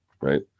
right